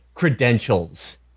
credentials